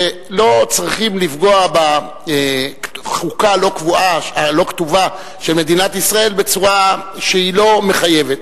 שלא צריכים לפגוע בחוקה הלא-כתובה של מדינת ישראל בצורה שהיא לא מחייבת.